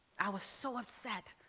i was so upset.